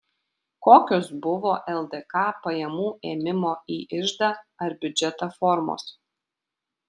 kokios buvo ldk pajamų ėmimo į iždą ar biudžetą formos